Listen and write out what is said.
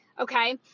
okay